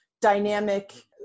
dynamic